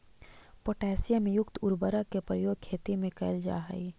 potassium युक्त उर्वरक के प्रयोग खेती में कैल जा हइ